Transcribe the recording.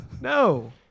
No